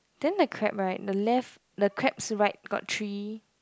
then the crab right the left the crabs right got three